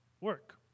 work